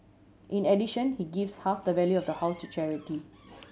in addition he gives half the value of the house to charity